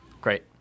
Great